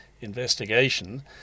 investigation